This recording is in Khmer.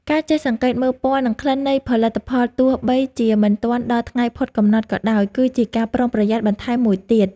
ការចេះសង្កេតមើលពណ៌និងក្លិននៃផលិតផលទោះបីជាមិនទាន់ដល់ថ្ងៃផុតកំណត់ក៏ដោយ គឺជាការប្រុងប្រយ័ត្នបន្ថែមមួយទៀត។